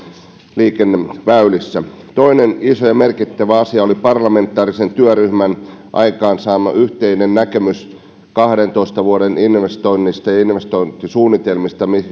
liikenneväylissä toinen iso ja merkittävä asia oli parlamentaarisen työryhmän aikaansaama yhteinen näkemys kahdentoista vuoden investoinneista ja investointisuunnitelmasta